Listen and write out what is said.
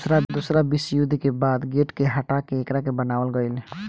दूसरा विश्व युद्ध के बाद गेट के हटा के एकरा के बनावल गईल